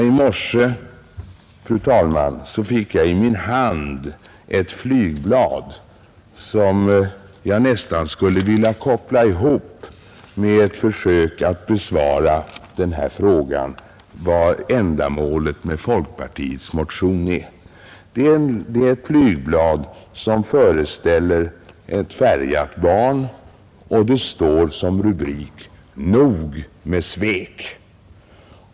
I morse, fru talman, fick jag i min hand ett flygblad, som jag nästan skulle vilja koppla ihop med ett försök att besvara den här frågan — vad ändamålet med folkpartiets motion är. Detta flygblad föreställer ett färgat barn, och det står som rubrik: ”Nog med svek”.